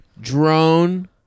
drone